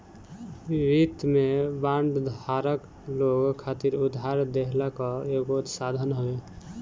वित्त में बांड धारक लोग खातिर उधार देहला कअ एगो साधन हवे